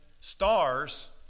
stars